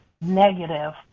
negative